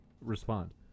respond